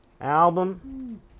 album